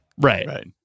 Right